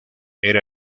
era